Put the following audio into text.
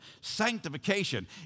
sanctification